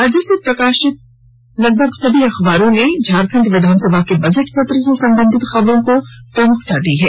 राज्य से प्रकाशित प्रमुख अखबारों ने झारखंड विधानसभा के बजट सत्र से संबधित खबरों को प्रमुखता से प्रकाशित किया है